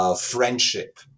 friendship